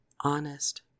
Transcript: honest